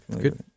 good